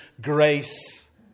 grace